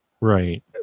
Right